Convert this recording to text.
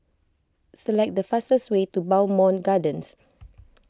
select the fastest way to Bowmont Gardens